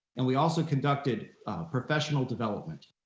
and we also conducted professional development.